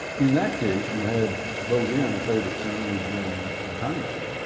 in that case you had bo ginn, a favorite son who had been a congressman